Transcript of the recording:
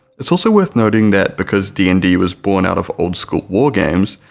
it's also worth noting that because d and d was born out of old-school wargames,